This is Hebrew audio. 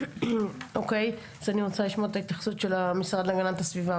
אני רוצה לשמוע את ההתייחסות של המשרד להגנת הסביבה,